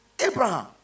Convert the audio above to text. Abraham